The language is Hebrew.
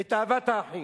את אהבת האחים.